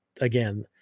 again